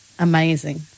Amazing